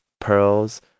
pearls